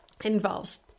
involves